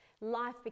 Life